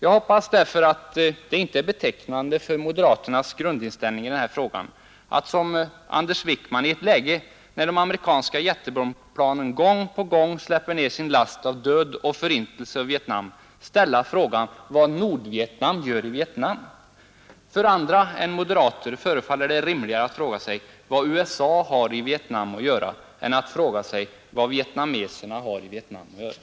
I ett läge när de amerikanska jättebombplanen gång på gång släpper ned sin last av död och förintelse över Vietnam ställer Anders Wijkman frågan vad Nordvietnam gör i Vietnam. Jag hoppas att denna frågeställning inte är betecknande för moderaterna. För andra än moderater förefaller det vara rimligare att fråga vad USA har i Vietnam att göra än att fråga vad vietnameserna har i Vietnam att göra.